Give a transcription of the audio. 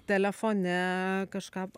telefone kažką